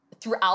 throughout